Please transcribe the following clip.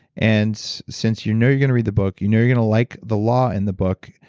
and since you know you're going to read the book, you know you're going to like the law in the book,